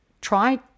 try